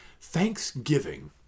Thanksgiving